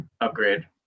upgrade